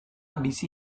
bizi